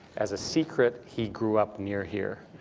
as a secret, he grew up near here.